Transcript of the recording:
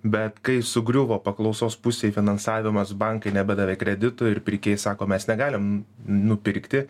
bet kai sugriuvo paklausos pusėj finansavimas bankai nebedavė kreditų ir pirkėjai sako mes negalim nupirkti